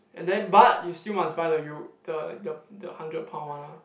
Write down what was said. and then but you still must buy the you the the the hundred pound one uh